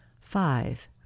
five